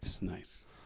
Nice